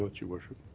but your worship.